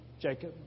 Jacob